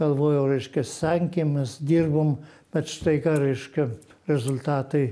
galvojau reiškias stengėmės dirbom bet štai ką reiškia rezultatai